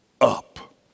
up